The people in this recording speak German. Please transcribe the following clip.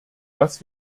dass